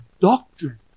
doctrine